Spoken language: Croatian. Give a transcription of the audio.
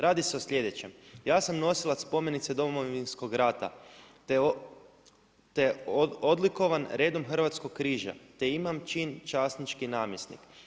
Radi se o sljedećem, ja sam nosilac spomenice Domovinskog rata te odlikovan redom Hrvatskog križa te imam čin časnički namjesnik.